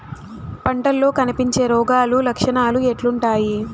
పంటల్లో కనిపించే రోగాలు లక్షణాలు ఎట్లుంటాయి?